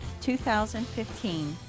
2015